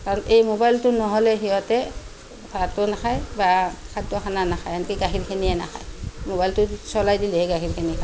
কাৰণ এই মোবাইলটো নহ'লে সিহঁতে ভাতো নাখায় বা খাদ্য খানা নাখায় আনকি গাখীৰখিনিয়ে নাখায় মোবাইলটো চলাই দিলেহে গাখীৰখিনি খায়